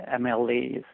MLAs